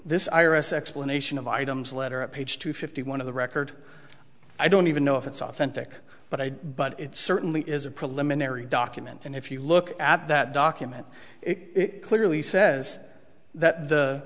this i r s explanation of items letter at page two fifty one of the record i don't even know if it's authentic but i but it certainly is a preliminary document and if you look at that document it clearly says that the